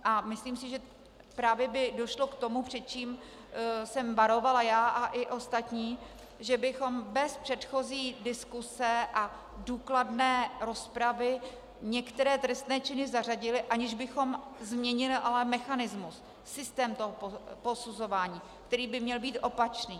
A myslím si, že právě by došlo k tomu, před čím jsem varovala já i ostatní, že bychom bez předchozí diskuse a důkladné rozpravy některé trestné činy zařadili, aniž bychom ale změnili mechanismus, systém toho posuzování, který by měl být opačný.